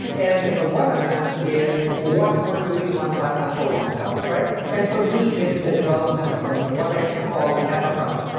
and one of them is, what's worth doing in one's lifetime for oneself? and for me, it's the development of um what i call a metacell.